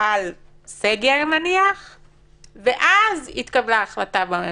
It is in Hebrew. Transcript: על סגר ואז התקבלה החלטה בממשלה.